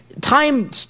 time